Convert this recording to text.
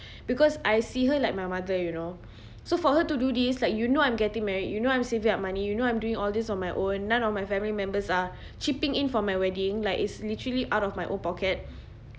because I see her like my mother you know so for her to do this like you know I'm getting married you know I'm saving up money you know I'm doing all this on my own none of my family members are chipping in for my wedding like it's literally out of my own pocket